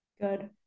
good